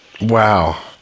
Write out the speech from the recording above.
wow